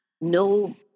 no